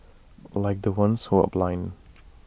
like the ones who are blind